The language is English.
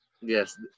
Yes